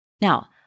Now